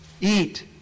eat